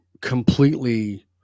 completely